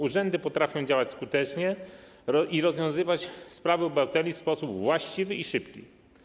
Urzędy potrafią działać skutecznie i rozwiązywać sprawy obywateli w sposób właściwy i szybki.